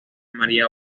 maría